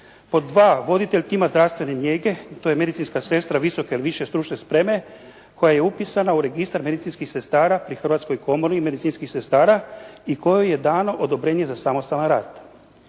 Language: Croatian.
Pod dva, voditelj tima zdravstvene njege, to je medicinska sestra visoke ili više stručne spreme koja je upisana u registar medicinskih sestara pri Hrvatskoj komori medicinskih sestara i kojoj je dano odobrenje za samostalan rad.